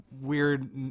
Weird